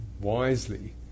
wisely